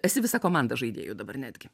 esi visa komanda žaidėjų dabar netgi